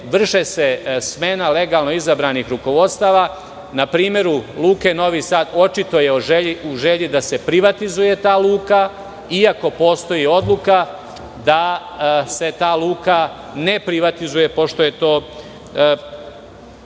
vrši se smena legalno izabranih rukovodstava. Na primeru Luke Novi Sad, očita je želja da se privatizuje ta luka, iako postoji odluka da se ta luka ne privatizuje pošto je to